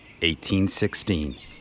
1816